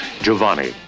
Giovanni